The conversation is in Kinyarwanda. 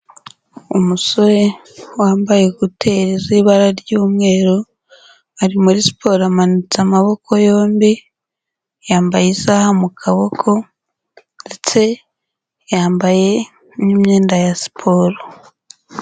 Umusore wambaye ekuteri z'ibara ry'umweru, ari muri siporo amanitse amaboko yombi, yambaye isaha mu kaboko ndetse yambaye n'imyenda ya siporo.